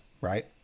right